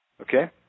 Okay